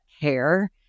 care